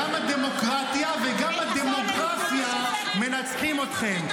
גם הדמוקרטיה וגם הדמוגרפיה מנצחים אתכם.